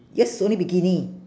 yours is only bikini